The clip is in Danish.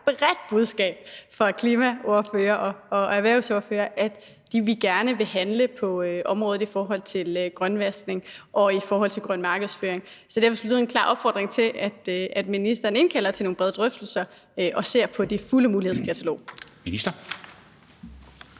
bredt budskab fra klimaordførere og erhvervsordførere om, at de gerne ville handle på området i forhold til grønvaskning og i forhold til grøn markedsføring. Så derfor skal der lyde en klar opfordring til, at ministeren indkalder til nogle brede drøftelser og ser på det fulde mulighedskatalog.